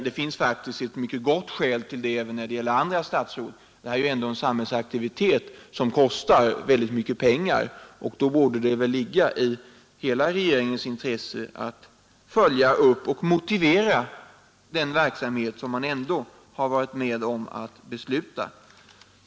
Det finns faktiskt ett mycket gott skäl. Försvaret är en samhällsaktivitet som kostar mycket pengar, och därför borde det väl ligga i hela regeringens intresse att följa upp och motivera den verksamhet som man har varit med om att besluta.